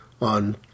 On